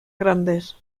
grandes